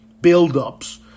buildups